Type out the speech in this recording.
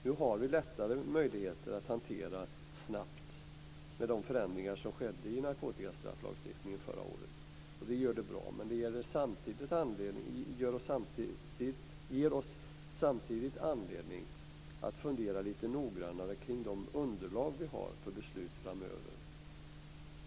Nu har vi lättare att snabbt hantera de förändringar som skedde i narkotikalagstiftningen förra året. Det är bra. Men det ger oss samtidigt anledning att fundera lite noggrannare kring de underlag vi har för beslut framöver.